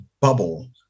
bubble